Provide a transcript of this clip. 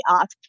asked